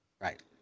Right